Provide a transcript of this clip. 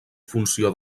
funció